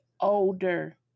older